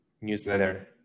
newsletter